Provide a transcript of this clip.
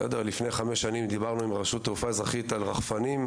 לפני חמש שנים דיברנו עם רשות התעופה האזרחית על רחפנים,